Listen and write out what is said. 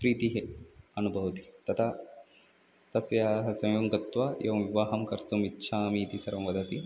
प्रीतिः अनुभवति तदा तस्याः सय्यं गत्वा एवं विवाहं कर्तुम् इच्छामि इति सर्वं वदति